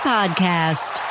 Podcast